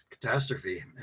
catastrophe